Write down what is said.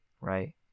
right